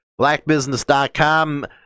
BlackBusiness.com